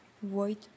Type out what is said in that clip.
White